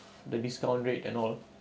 the discount rate and all